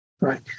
right